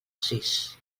sis